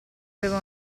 aveva